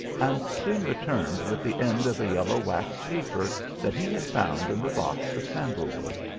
and soon returned with the end of a yellow wax taper that he had found in the box of sandal wood.